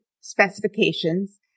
specifications